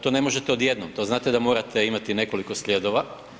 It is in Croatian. To ne možete odjednom, to znate da morate imati nekoliko sljedova.